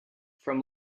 from